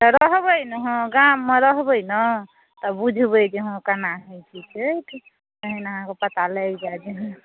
तऽ रहबए ने गाममे रहबए न तऽ बुझबए जे हँ केना होइ छै छठि तहन अहाँके पता लागि जाएत